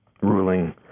ruling